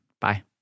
Bye